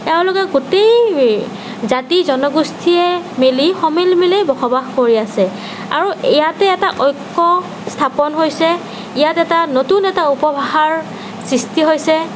এওঁলোকে গোটেই জাতি জনগোষ্ঠীয়ে মিলি সমিলমিলেই বসবাস কৰি আছে আৰু ইয়াতে এটা ঐক্য স্থাপন হৈছে ইয়াত এটা নতুন এটা উপভাষাৰ সৃষ্টি হৈছে